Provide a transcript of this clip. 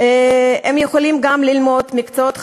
הם יכולים גם ללמוד מקצועות חדשים,